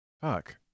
fuck